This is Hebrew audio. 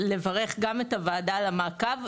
לברך גם את הוועדה על המעקב,